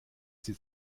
sie